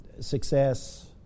success